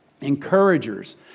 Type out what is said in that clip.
Encouragers